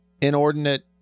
inordinate